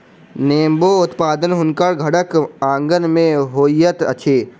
नेबो उत्पादन हुनकर घरक आँगन में होइत अछि